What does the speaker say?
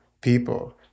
people